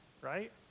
right